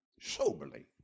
Soberly